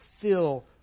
fill